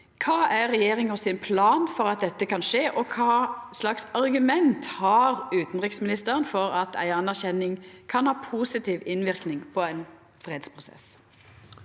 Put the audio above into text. Kva er regjeringa sin plan for at dette kan skje, og kva for argument har utanriksministeren for at ei anerkjenning kan ha positiv innverknad på ein fredsprosess?»